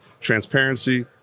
transparency